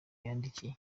yadindiye